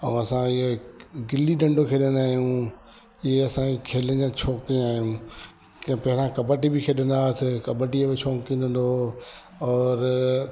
ऐं असां इहे गिल्ली डंडो खेॾंदा आहियूं इहे असांजी खेलनि जा छोकिनि आहियूं पहिरयां कबड्डी बि खेॾंदा हुआसीं कबड्डीअ में शौंक़ीन हूंदो और